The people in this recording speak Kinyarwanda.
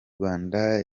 rwanda